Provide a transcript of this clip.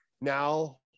now